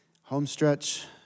Homestretch